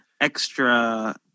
extra